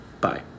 Bye